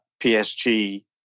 PSG